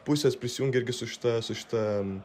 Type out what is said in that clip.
pusės prisijungė irgi su šita šita